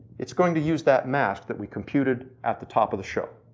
it's going to use that mask that we computed at the top of the shelf.